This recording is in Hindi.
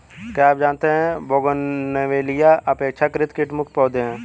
क्या आप जानते है बोगनवेलिया अपेक्षाकृत कीट मुक्त पौधे हैं?